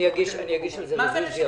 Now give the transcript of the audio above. אני אגיש על זה רביזיה --- מה זה משנה?